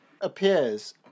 appears